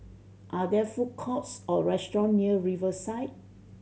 are there food courts or restaurant near Riverside